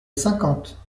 cinquante